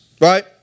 right